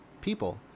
people